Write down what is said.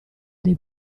dei